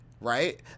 right